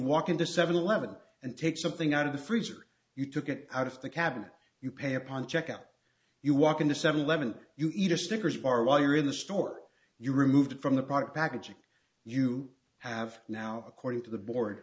walk into a seven eleven and take something out of the freezer you took it out of the cabinet you pay upon checkout you walk into seven eleven you eat a snickers bar while you're in the store you removed from the product packaging you have now according to the board